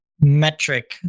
metric